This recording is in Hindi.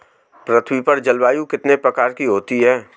पृथ्वी पर जलवायु कितने प्रकार की होती है?